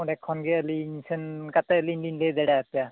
ᱚᱸᱰᱮ ᱠᱷᱚᱱ ᱜᱮ ᱟᱹᱞᱤᱧ ᱴᱷᱮᱱ ᱠᱟᱛᱮᱫ ᱟᱹᱞᱤᱧ ᱞᱤᱧ ᱞᱟᱹᱭ ᱫᱟᱲᱮᱭᱟ ᱯᱮᱭᱟ